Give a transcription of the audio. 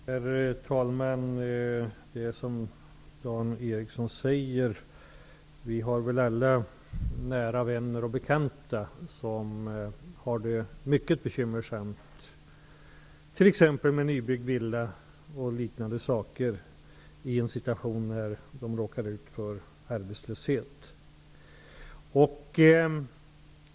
Herr talman! Det som Dan Ericsson i Kolmården säger är riktigt. Vi har väl alla nära vänner och bekanta som har det för närvarande mycket bekymmersamt, t.ex. med en nybyggd villa och liknande, i en situation med arbetslöshet.